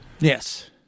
Yes